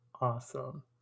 Awesome